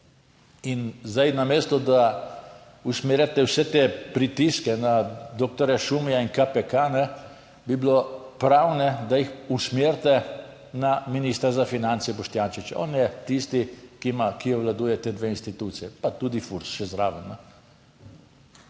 In zdaj namesto, da usmerjate vse te pritiske na doktorja Šumija in KPK, bi bilo prav, da jih usmerite na ministra za finance Boštjančiča. On je tisti, ki ima, ki obvladuje te dve instituciji, pa tudi FURS še zraven.